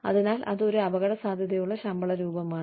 അതിനാൽ അത് ഒരു അപകടസാധ്യതയുള്ള ശമ്പള രൂപമാണ്